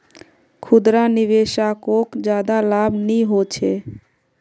खुदरा निवेशाकोक ज्यादा लाभ नि होचे